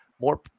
more